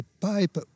pipe